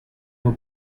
were